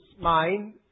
mind